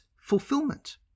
fulfillment